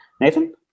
Nathan